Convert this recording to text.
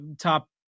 top